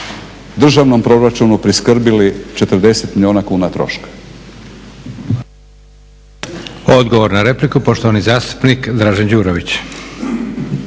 državnom proračunu priskrbili 40 milijuna kuna troška.